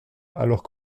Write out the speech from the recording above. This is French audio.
alors